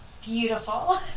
Beautiful